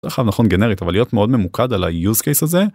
נכון גנרית אבל להיות מאוד ממוקד על היוסקייס הזה.